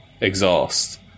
exhaust